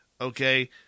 okay